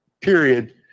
period